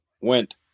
went